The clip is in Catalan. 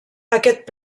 aquest